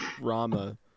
Rama